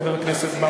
חבר הכנסת בר,